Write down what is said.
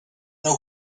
know